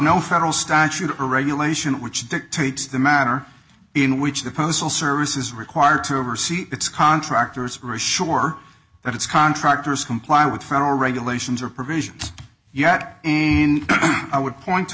no federal statute or regulation which dictates the manner in which the postal service is required to oversee its contractors were assured that its contractors comply with federal regulations or provisions yet i would point to